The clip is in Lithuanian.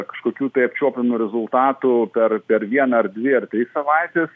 kažkokių tai apčiuopiamų rezultatų per per vieną ar dvi ar tris savaites